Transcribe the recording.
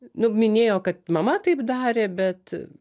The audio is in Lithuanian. nu minėjo kad mama taip darė bet